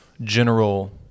general